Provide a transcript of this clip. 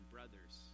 Brothers